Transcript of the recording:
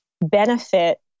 benefit